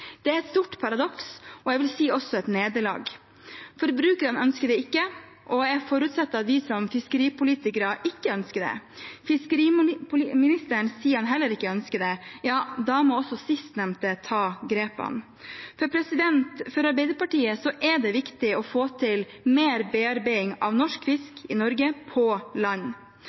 Det er et stort paradoks, og jeg vil si det også er et nederlag. Forbrukerne ønsker det ikke, og jeg forutsetter at vi som fiskeripolitikere ikke ønsker det. Fiskeriministeren sier at han heller ikke ønsker det – ja, da må sistnevnte ta grep. For Arbeiderpartiet er det viktig å få til mer bearbeiding av norsk fisk i Norge på land.